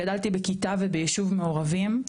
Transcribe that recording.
גדלתי בכיתה וביישוב מעורבים,